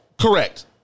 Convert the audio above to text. Correct